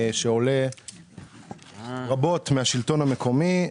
שעולה רבות מהשלטון המקומי.